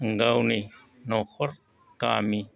गावनि न'खर गामि